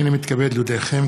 הנני מתכבד להודיעכם,